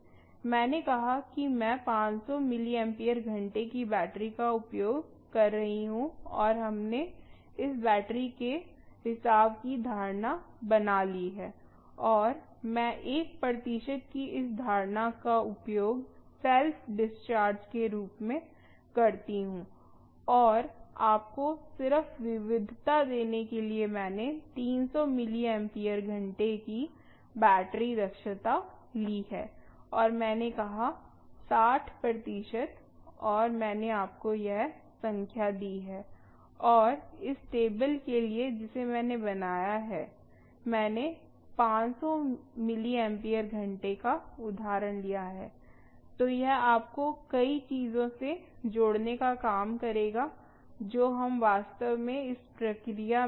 मैंने कहा कि मैं 500 मिलिम्पियर घंटे की बैटरी का उपयोग कर रही हूं और हमने इस बैटरी के रिसाव की धारणा बना ली है और मैं 1 प्रतिशत की इस धारणा का उपयोग सेल्फ डिस्चार्ज के रूप में करती हूं और आपको सिर्फ विविधता देने के लिए मैंने 300 मिलिम्पियर घंटे की बैटरी दक्षता ली है और मैंने कहा 60 प्रतिशत और मैंने आपको यह संख्या दी है और इस टेबल के लिए जिसे मैंने बनाया है मैंने 500 मिलिम्पियर घंटे का उदाहरण लिया है तो यह आपको कई चीजों से जोड़ने का काम करेगा जो हम वास्तव में इस प्रक्रिया में कर रहे हैं